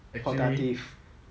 productive